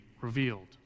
revealed